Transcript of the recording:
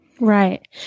Right